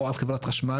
או על חברת חשמל,